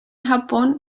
japón